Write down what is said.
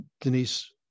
Denise